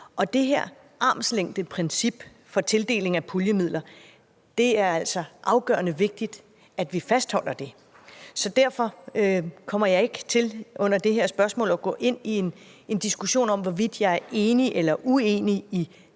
Og det her armslængdeprincip for tildeling af puljemidler er det altså afgørende vigtigt at vi fastholder. Så derfor kommer jeg ikke til under det her spørgsmål at gå ind i en diskussion om, hvorvidt jeg er enig eller uenig i